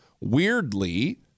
Weirdly